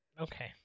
Okay